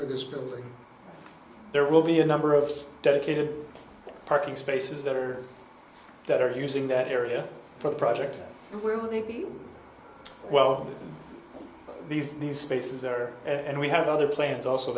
for this building there will be a number of dedicated parking spaces that are that are using that area for the project will be well these these spaces are and we have other plans also